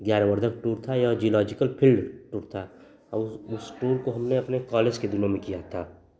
ज्ञानवर्धक टूर था यह जियोलॉजिकल फ़ील्ड टूर था और उस टूर को हमने अपने कॉलेज के दिनों में किया था